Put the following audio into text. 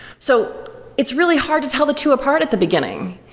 so it's really hard to tell the two apart at the beginning.